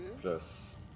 plus